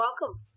welcome